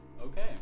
Okay